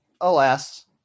Alas